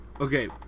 okay